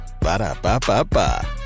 Ba-da-ba-ba-ba